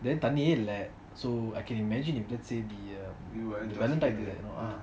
தண்ணியாய் இல்ல:thanniaye illa so I can imagine if let's say the விழந்தாங்க:vilantanga